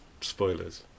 Spoilers